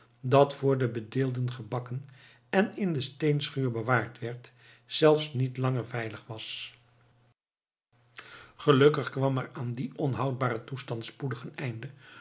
dat voor de bedeelden gebakken en in de steenschuur bewaard werd zelfs niet langer veilig was gelukkig kwam er aan dien onhoudbaren toestand spoedig een einde